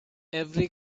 every